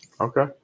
Okay